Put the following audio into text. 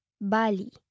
bali